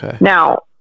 Now